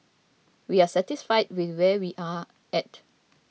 we are satisfied with where we are at